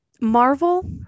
Marvel –